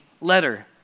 letter